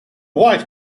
wide